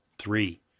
Three